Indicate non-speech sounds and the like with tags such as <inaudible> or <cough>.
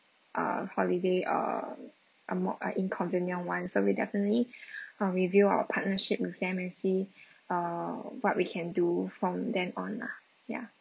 uh holiday err a more a inconvenient one so we definitely <breath> uh review our partnership with them and see <breath> uh what we can do from then on lah ya